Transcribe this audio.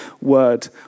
word